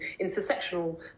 intersectional